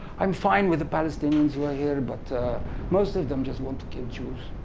i'm fine with the palestinians who are here, but most of them just want to kill jews.